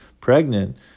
pregnant